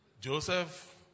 Joseph